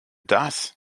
das